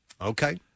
Okay